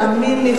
תאמין לי,